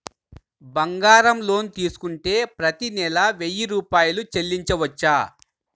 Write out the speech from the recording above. బంగారం లోన్ తీసుకుంటే ప్రతి నెల వెయ్యి రూపాయలు చెల్లించవచ్చా?